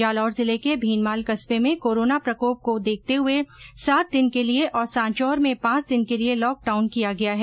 जालौर जिले के भीनमाल कस्बे में कोरोना प्रकोप को देखते हये सात दिन के लिये और सांचौर में पांच दिन के लिये लॉकडाउन किया गया है